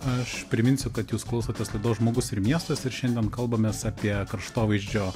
aš priminsiu kad jūs klausotės laidos žmogus ir miestas ir šiandien kalbamės apie kraštovaizdžio